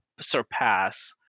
surpass